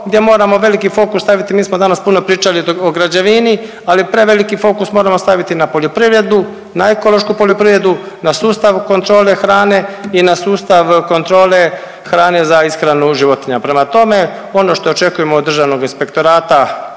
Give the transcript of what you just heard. gdje moramo veliki fokus staviti, mi smo danas puno pričali o građevini, ali preveliki fokus moramo staviti na poljoprivredu, na ekološku poljoprivredu, na sustav kontrole hrane i na sustav hrane za ishranu životinja. Prema tome, ono što očekujemo od Državnog inspektorata